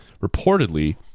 Reportedly